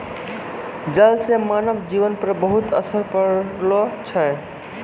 जल से मानव जीवन पर बहुते असर पड़लो छै